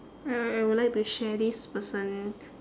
uh I would like to share this person